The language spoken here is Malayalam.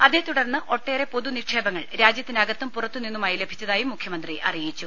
അതേതുടർന്ന് ഒട്ടേറെ പൊതു നിക്ഷേപങ്ങൾ രാജ്യത്തിനകത്തും പുറത്തുനിന്നുമായി ലഭിച്ചതായും മുഖ്യമന്ത്രി അറിയിച്ചു